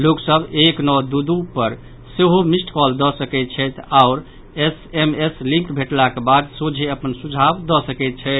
लोक सभ एक नौ दो दो पर सेहो मिस्ड कॉल दऽ सकैत छथि आओर एस एम एस लिंक भेटलाक बाद सोझे अपन सुझाव दऽ सकैत छथि